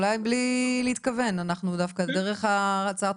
אולי בלי להתכוון אנחנו דווקא דרך הצעת